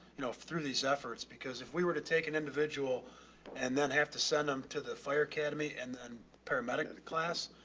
you know, through these efforts. because if we were to take an individual and then have to send them to the fire academy and then paramedic and the class,